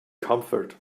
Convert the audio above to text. comfort